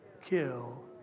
kill